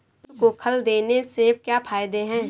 पशु को खल देने से क्या फायदे हैं?